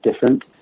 different